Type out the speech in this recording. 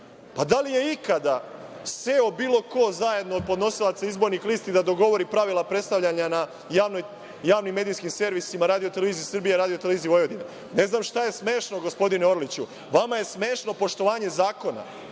Pa, da li je ikada seo bilo ko zajedno od podnosilaca izbornih lista da dogovori pravila predstavljanja na javnim medijskim servisima RTS-a i RTV-a? Ne znam šta je smešno, gospodine Orliću? Vama je smešno poštovanje zakona,